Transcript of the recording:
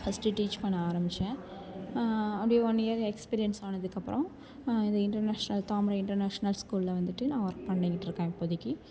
first teach பண்ண ஆரம்பிச்சேன் அப்படியே ஒன் இயர் எக்ஸ்பீரியன்ஸ் ஆனதுக்கு அப்புறம் இது இன்டெர்நேஷனல் தாமரை இன்டெர்நேஷ்னல் ஸ்கூலில் வந்துட்டு நான் ஒர்க் பண்ணிக்கிட்டு இருக்கேன் இப்போதைக்கு